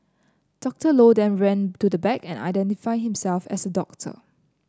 Doctor Low then ran to the back and identified himself as a doctor